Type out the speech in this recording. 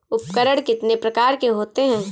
उपकरण कितने प्रकार के होते हैं?